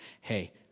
Hey